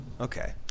okay